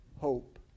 hope